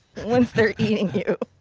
once their eating you.